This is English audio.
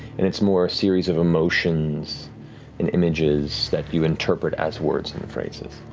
and it's more a series of emotions and images that you interpret as words and phrases.